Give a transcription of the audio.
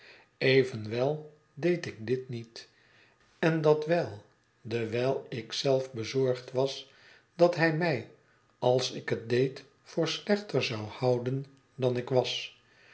evenwel deed ik dit niet en dat wel dewijl ik bezorgd was dat hij mij als ik het deed voor slechter zou houden dan ik was